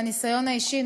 מהניסיון האישי,